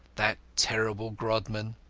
that terrible grodman!